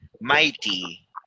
mighty